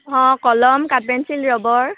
অঁ কলম কাঠ পেঞ্চিল ৰবৰ